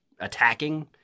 attacking